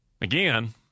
Again